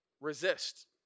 resist